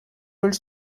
ulls